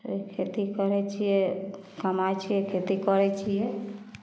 खेती करै छिए कमाइ छिए खेती करै छिए